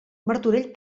martorell